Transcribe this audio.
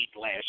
last